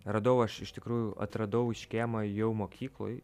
radau aš iš tikrųjų atradau škėmą jau mokykloj